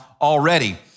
already